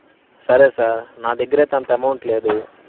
సరే సార్ నా దగ్గర అయితే అంత అమౌంట్ లేదు